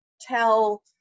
tell